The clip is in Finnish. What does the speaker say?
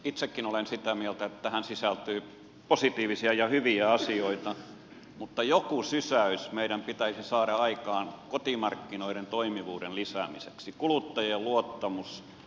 itsekin olen sitä mieltä että tähän sisältyy positiivisia ja hyviä asioita mutta joku sysäys meidän pitäisi saada aikaan kotimarkkinoiden toimivuuden lisäämiseksi palauttaa kuluttajien luottamus talouteen